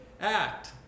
act